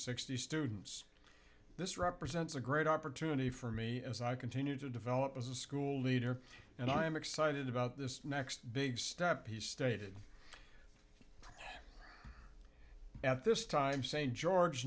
sixty students this represents a great opportunity for me as i continue to develop as a school leader and i am excited about this next big step he stated at this time st george